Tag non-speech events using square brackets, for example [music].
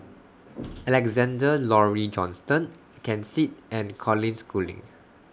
[noise] Alexander Laurie Johnston Ken Seet and Colin Schooling